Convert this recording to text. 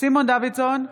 סימון דוידסון,